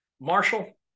Marshall